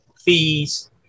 fees